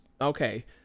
Okay